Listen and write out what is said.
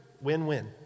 Win-win